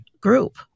group